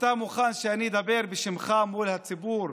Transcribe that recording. אתה מוכן שאני אדבר בשמך מול הציבור